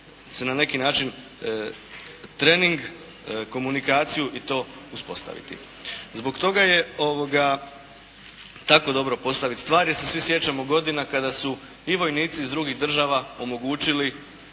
na neki način trening, komunikaciju i to uspostaviti. Zbog toga je tako dobro postaviti stvari jer se svi sjećamo godina kada su i vojnici iz drugih država omogućili